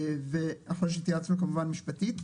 לאחר שהתייעצנו משפטית,